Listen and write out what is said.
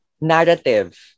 narrative